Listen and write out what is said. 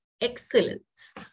excellence